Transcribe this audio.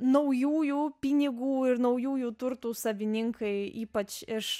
naujųjų pinigų ir naujųjų turtų savininkai ypač iš